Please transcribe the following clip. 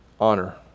honor